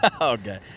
Okay